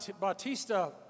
Bautista